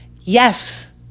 Yes